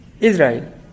Israel